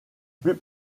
plus